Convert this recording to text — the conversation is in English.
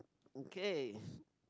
okay